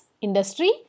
industry